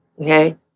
okay